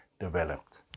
developed